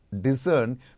discern